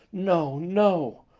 no, no,